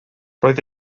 roedd